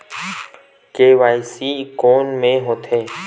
KYC कोन में होथे?